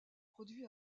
produit